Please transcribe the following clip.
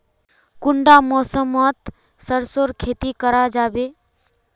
कुंडा मौसम मोत सरसों खेती करा जाबे?